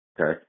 okay